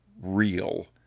real